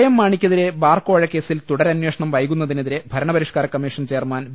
M മാണിക്കെതിരായ bar കോഴക്കേസിൽ തുടരന്വേഷണം വൈകുന്നതിനെതിരെ ഭരണപരിഷ്കാര കമീഷൻ ചെയർമാൻ വി